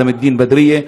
עלם אלדין בדריה,